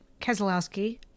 Keselowski